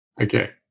Okay